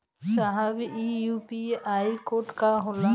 साहब इ UPI code का होला?